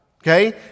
okay